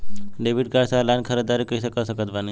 Debit card से online ख़रीदारी कैसे कर सकत बानी?